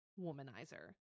womanizer